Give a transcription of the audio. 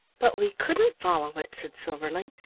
but we couldn't follow it, said silverling.